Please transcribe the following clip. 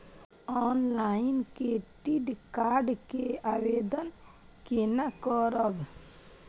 Online credit card के आवेदन कोना करब?